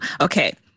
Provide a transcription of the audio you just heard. Okay